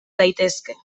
daitezke